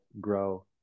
grow